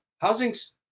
housing's